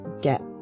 get